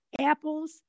apples